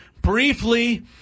briefly